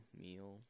meal